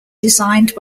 designed